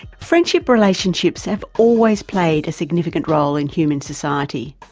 friendship relationships have always played a significant role in human society,